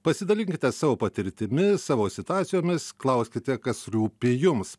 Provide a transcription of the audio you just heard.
pasidalinkite savo patirtimi savo situacijomis klauskite kas rūpi jums